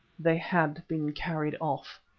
they had been carried off.